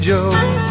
Joe